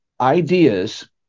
Ideas